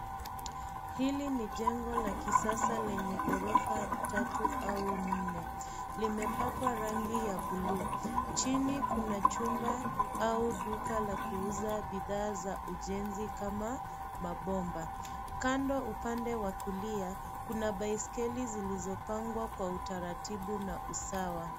Hili ni jengo la kisasa lenye ghorofa tatu au nne. Limepakwa rangi ya blue . Chini kuna chumba au duka la kuuza bidhaa za ujenzi, kama mabomba. Kando upande wa kulia, kuna baiskeli zilizopangwa kwa utaratibu na usawa.